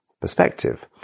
perspective